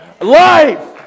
Life